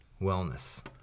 wellness